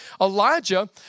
Elijah